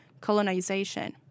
colonization